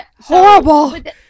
Horrible